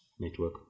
network